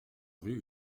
rue